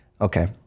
Okay